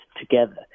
together